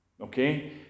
Okay